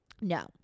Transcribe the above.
No